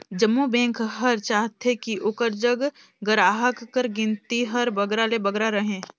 जम्मो बेंक हर चाहथे कि ओकर जग गराहक कर गिनती हर बगरा ले बगरा रहें